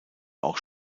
auch